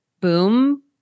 boom